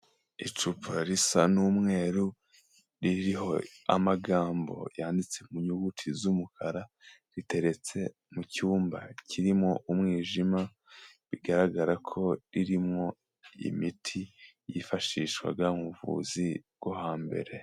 Icupa risa n'umweru ririho amagambo yanditse mu nyuguti z'umukara, riteretse mu cyumba kirimo umwijima, bigaragara ko ririmwo imiti yifashishwaga mu buvuzi bwo hambere.